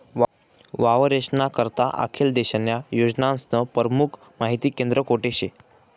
वावरेस्ना करता आखेल देशन्या योजनास्नं परमुख माहिती केंद्र कोठे शे?